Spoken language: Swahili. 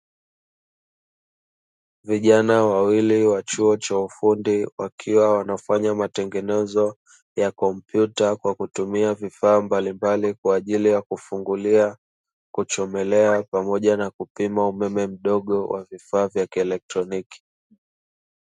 Vijana wawili wa chuo cha ufundi wakiwa wanafanya matengenezo ya kompyuta kwa kutumia vifaa mbalimbali kwa ajili ya kufungulia, kuchomelea pamoja na kupima umeme mdogo wa vifaa vya kielektroniki.